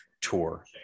tour